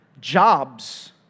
jobs